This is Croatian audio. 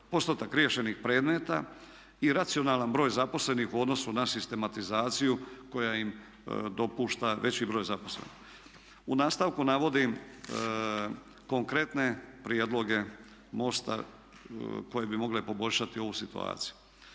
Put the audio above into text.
postotak riješenih predmeta i racionalan broj zaposlenih u odnosu na sistematizaciju koja im dopušta veći broj zaposlenih. U nastavku navodim konkretne prijedloge MOST-a koje bi mogle poboljšati ovu situaciju.